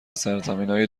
سرزمینای